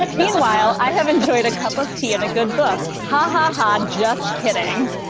ah meanwhile, i have enjoyed a cup of tea and a good book. ha ha ha. just kidding.